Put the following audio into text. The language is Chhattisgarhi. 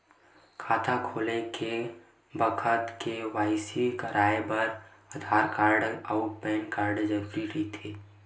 खाता खोले के बखत के.वाइ.सी कराये बर आधार कार्ड अउ पैन कार्ड जरुरी रहिथे